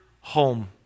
home